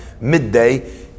midday